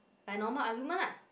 like normal argument lah